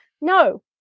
no